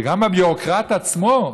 שגם הביורוקרט עצמו,